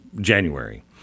January